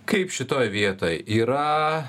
kaip šitoj vietoj yra